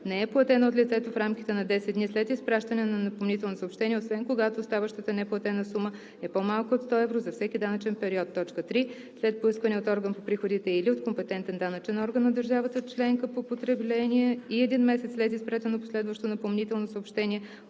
не е платена от лицето в рамките на 10 дни след изпращане на напомнително съобщение, освен когато оставащата неплатена сума е по-малка от 100 евро за всеки данъчен период; 3. след поискване от орган по приходите или от компетентен данъчен орган на държава членка по потребление и един месец след изпратено последващо напомнително съобщение